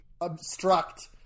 obstruct